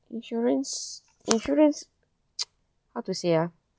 insurance insurance how to say ah